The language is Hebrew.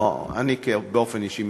לא אני באופן אישי,